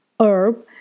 herb